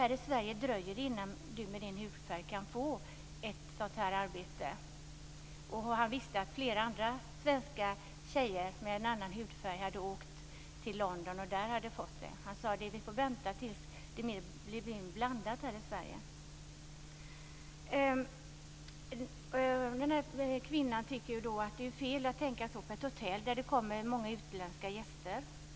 Här i Sverige dröjer det innan du med din hudfärg kan få ett sådant här arbete. Jag vet att flera andra svenska tjejer med en annan hudfärg har fått jobb i London. Du får vänta till dess att det blir mer blandat här i Sverige. Den unga kvinnan tyckte att det var fel att tänka så på ett hotell där man har många utländska gäster.